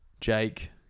jake